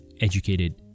educated